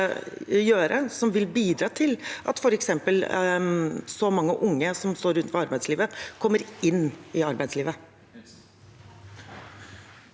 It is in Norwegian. som vil bidra til at f.eks. mange unge som står utenfor arbeidslivet, kommer inn i arbeidslivet?